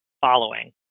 following